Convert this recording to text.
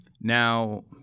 Now